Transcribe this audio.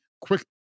quick